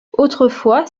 autrefois